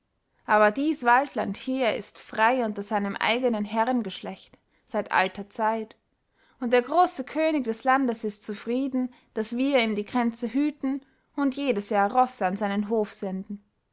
aber dies waldland hier ist frei unter seinem eigenen herrengeschlecht seit alter zeit und der große könig des landes ist zufrieden daß wir ihm die grenze hüten und jedes jahr rosse an seinen hof senden